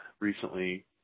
recently